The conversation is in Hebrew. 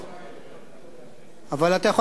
אבל אתה יכול להקשיב גם לנאום שלו,